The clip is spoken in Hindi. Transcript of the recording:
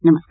नमस्कार